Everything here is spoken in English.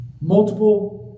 Multiple